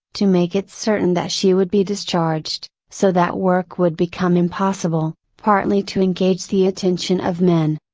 to make it certain that she would be discharged, so that work would become impossible, partly to engage the attention of men.